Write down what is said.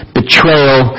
betrayal